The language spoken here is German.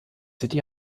city